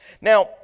Now